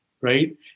right